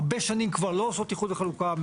הרבה שנים כבר לא עושות איחוד וחלוקה.